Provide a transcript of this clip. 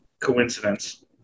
coincidence